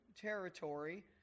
territory